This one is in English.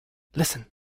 listen